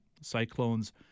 Cyclones